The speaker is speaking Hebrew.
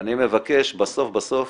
אני מבקש בסוף בסוף,